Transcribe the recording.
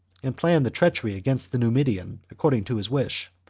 and planned the treacher against the numidian, according to his wish.